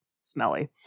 smelly